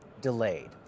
delayed